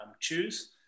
choose